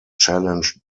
challenged